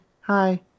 hi